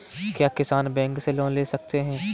क्या किसान बैंक से लोन ले सकते हैं?